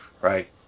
right